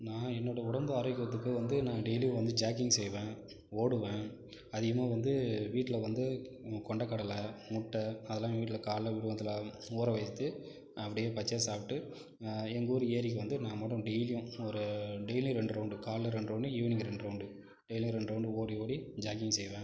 நான் என்னோடய உடம்பு ஆரோக்கியத்துக்கு வந்து நான் டெய்லியும் வந்து ஜாக்கிங் செய்வேன் ஓடுவேன் அதிகமாக வந்து வீட்டில் வந்து கொண்டக்கடலை முட்டை அதெலாம் எங்கள் வீட்டில் காலைல வெறும் வயித்தில் ஊற வைத்து அப்படியே பச்சையா சாப்பிட்டு எங்கள் ஊரு ஏரிக்கு வந்து நான் மட்டும் டெய்லியும் ஒரு டெய்லியும் ரெண்டு ரௌண்டு காலைல ரெண்டு ரௌண்டு ஈவினிங் ரெண்டு ரௌண்டு டெய்லியும் ரெண்டு ரௌண்டு ஓடி ஓடி ஜாக்கிங் செய்வேன்